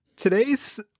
today's